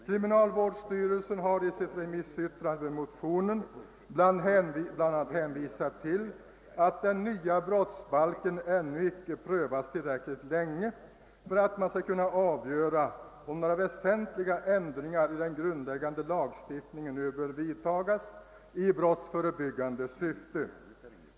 Kriminalvårdsstyrelsen har i sitt remissyttrande över motionen bl.a. hänvisat till att den nya brottsbalken ännu icke prövats tillräckligt länge för att man skall kunna avgöra om några väsentliga ändringar i den grundläggande lagstiftningen nu bör vidtagas i brottsförebyggande syfte.